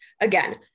Again